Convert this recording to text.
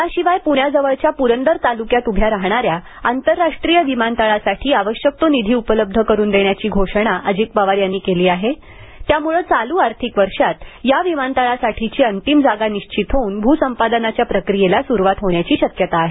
याशिवाय पुण्याजवळच्या पुरंदर तालुक्यात उभ्या राहणाऱ्या आंतरराष्ट्रीय विमानतळासाठी आवश्यक तो निधी उपलब्ध करून देण्याची घोषणा अजित पवार यांनी केली आहे त्यामुळे चालू आर्थिक वर्षात या विमानतळासाठीची अंतिम जागा निश्चित होऊन भूसंपादनाच्या प्रक्रियेला सुरुवात होण्याची शक्यता आहे